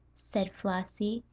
said flossie,